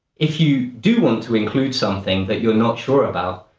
if you do want to include something that you're not sure about,